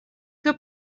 que